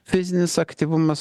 fizinis aktyvumas